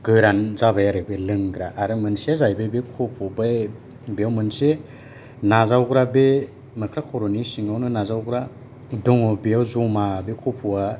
गोरान जाबाय आरो बे लोंग्रा मोनसेया जाहैबाय बे खफ' बे बेयाव मोनसे नाजावग्रा बे मोख्रा खर'नि सिङावनो नाजावग्रा दङ बेयाव जमा बे खफ'आ